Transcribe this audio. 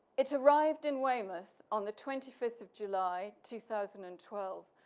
it's arrived in weymouth on the twenty fifth of july, two thousand and twelve,